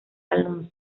alonso